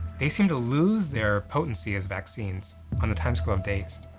they seem to lose their potency as vaccines on a timescale of days.